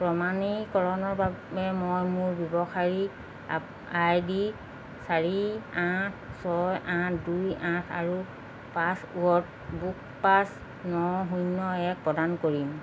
প্ৰমাণীকৰণৰ বাবে মই মোৰ ব্যৱসায়ীক আপ আইডি চাৰি আঠ ছয় আঠ দুই আঠ আৰু পাঁচ ৱৰ্ক বুক পাঁচ ন শূন্য এক প্ৰদান কৰি